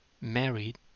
Married